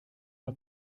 mal